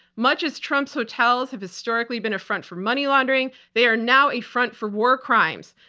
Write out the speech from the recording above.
much as trump's hotels have historically been a front for money laundering, they are now a front for war crimes.